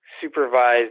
supervised